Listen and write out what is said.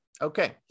Okay